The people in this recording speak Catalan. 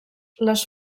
les